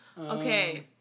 Okay